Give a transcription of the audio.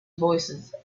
voicesand